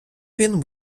він